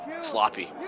sloppy